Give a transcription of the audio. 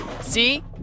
See